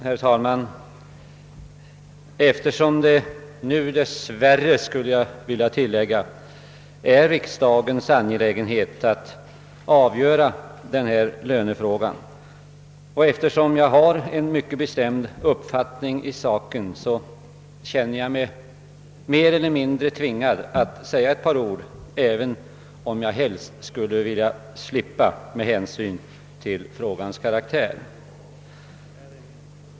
Herr talman! Eftersom det, dess värre skulle jag vilja säga, är riksdagens angelägenhet att avgöra denna lönefråga och eftersom jag har en mycket bestämd uppfattning i sak, känner jag mig mer eller mindre tvingad att säga ett par ord även om jag helst skulle vilja slippa med hänsyn till frågans karaktär.